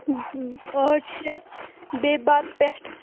ٲٹھ شَتھ بیٚیہِ بَتہٕ پٮ۪ٹھ